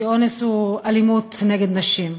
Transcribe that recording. כי אונס הוא אלימות נגד נשים: